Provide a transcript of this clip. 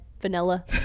vanilla